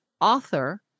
author